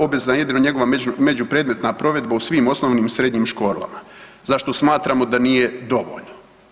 Obvezna je jedino njegova među predmetna provedba u svim osnovnim i srednjim školama za što smatramo da nije dovoljno.